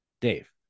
Dave